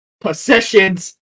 possessions